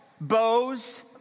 Bows